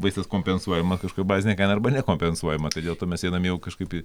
vaistas kompensuojama kažka bazinė kaina arba nekompensuojama tai dėl to mes einam jau kažkaip į